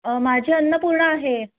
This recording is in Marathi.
माझी अन्नपूर्णा आहे